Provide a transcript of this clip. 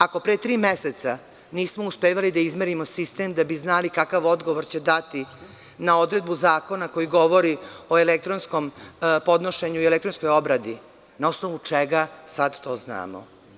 Ako pre tri meseca nismo uspevali da izmerimo sistem da bi znali kakav odgovor će dati na odredbu zakona koji govori o elektronskom podnošenju i elektronskoj obradi na osnovu čega sad to znamo?